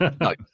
no